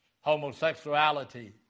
homosexuality